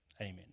Amen